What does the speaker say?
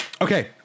Okay